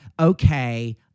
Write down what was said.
okay